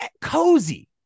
cozy